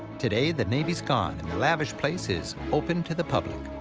today, the navy's gone and the lavish place is open to the public.